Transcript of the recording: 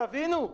תבינו.